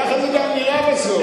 ככה זה גם נראה בסוף.